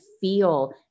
feel